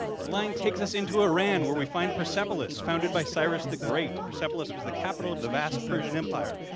the line take us into iran where we find persepolis founded by cyrus the great. persepolis was the capital of the vast persian empire,